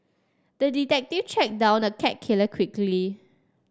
the detective tracked down the cat killer quickly